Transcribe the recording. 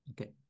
okay